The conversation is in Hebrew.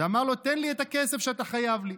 ואמר לו: תן לי את הכסף שאתה חייב לי.